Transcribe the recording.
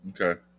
Okay